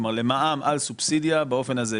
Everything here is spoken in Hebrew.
כלומר למע"מ על סובסידיה באופן הזה.